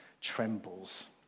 trembles